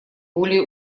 более